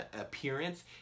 appearance